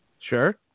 Sure